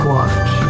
Watch